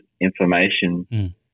information